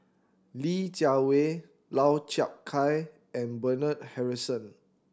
Li Jiawei Lau Chiap Khai and Bernard Harrison